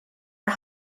are